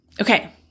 Okay